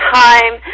time